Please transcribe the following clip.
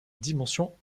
dimension